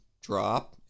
drop